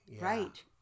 Right